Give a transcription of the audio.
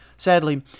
Sadly